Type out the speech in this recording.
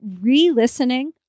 re-listening